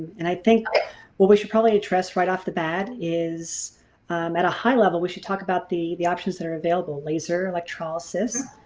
and i think well we should probably address right off the bat is at a high level we should talk about the the options that are available laser, electrolysis.